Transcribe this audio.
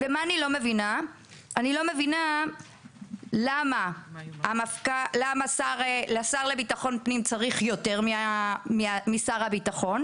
מה שאני לא מבינה זה למה השר לביטחון פנים צריך יותר משר הביטחון?